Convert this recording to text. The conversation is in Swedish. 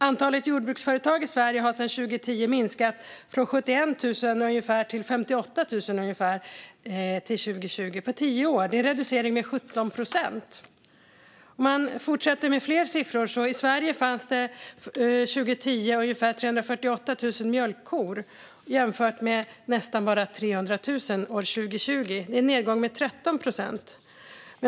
Antalet jordbruksföretag i Sverige har sedan 2010 minskat från ungefär 71 000 till ungefär 58 000 år 2020. Det är en reducering med 17 procent på tio år. Jag fortsätter med fler siffror. I Sverige fanns ungefär 348 000 mjölkkor 2010, jämfört med bara 300 000 år 2020. Det är en nedgång med 13 procent.